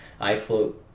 iFloat